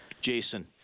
Jason